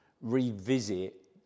revisit